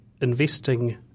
investing